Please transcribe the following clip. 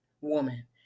woman